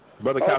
Brother